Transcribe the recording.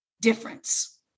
difference